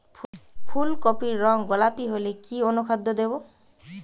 ফুল কপির রং গোলাপী হলে কি অনুখাদ্য দেবো?